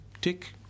Tick